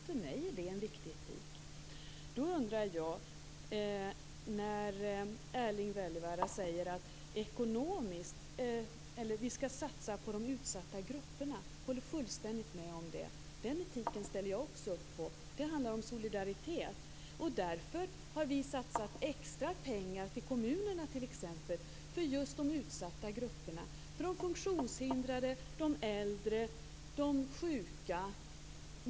För mig är det en viktig etik. Erling Wälivaara säger att vi skall satsa på de utsatta grupperna. Jag håller fullständigt med om det. Den etiken ställer jag också upp på. Det handlar om solidaritet. Därför har vi satsat extra pengar på kommunerna för just de utsatta grupperna, funktionshindrade, äldre och sjuka.